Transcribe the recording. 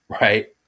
Right